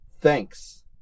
Thanks